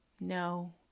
No